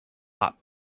hot